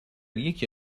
یکی